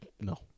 No